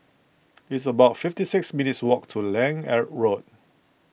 it's about fifty six minutes' walk to Lange at Road